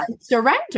surrender